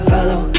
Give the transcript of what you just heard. Follow